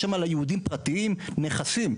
יש שם ליהודים פרטיים נכסים,